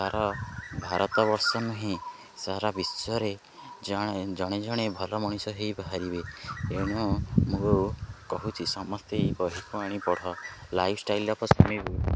ତାର ଭାରତ ବର୍ଷ ନୁହେଁ ସାରା ବିଶ୍ୱରେ ଜଣେ ଜଣେ ଜଣେ ଭଲ ମଣିଷ ହେଇ ବାହାରିବେ ଏଣୁ ମୁଁ କହୁଛି ସମସ୍ତେ ଏ ବହିକୁ ଆଣି ପଢ଼ lifestyle of Swami Vivekananda